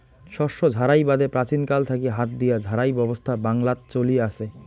শস্য ঝাড়াই বাদে প্রাচীনকাল থাকি হাত দিয়া ঝাড়াই ব্যবছস্থা বাংলাত চলি আচে